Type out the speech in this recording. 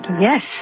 Yes